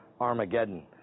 Armageddon